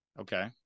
Okay